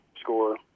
score